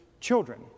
children